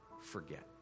forget